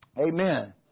Amen